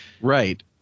Right